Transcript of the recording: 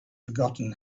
forgotten